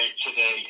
today